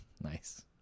Nice